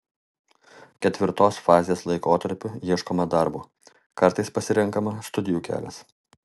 ketvirtos fazės laikotarpiu ieškoma darbo kartais pasirenkama studijų kelias